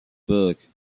époque